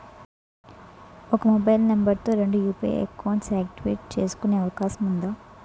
ఒక mobile number తో రెండు యు.పి.ఐ అకౌంట్స్ యాక్టివేట్ చేసుకునే అవకాశం వుందా?